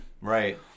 Right